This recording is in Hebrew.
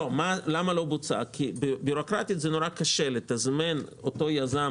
לא בוצע כי בירוקרטית זה מאוד קשה לתזמן את אותו יזם